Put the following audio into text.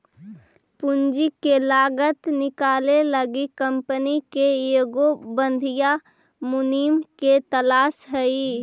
पूंजी के लागत निकाले लागी कंपनी के एगो बधियाँ मुनीम के तलास हई